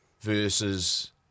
versus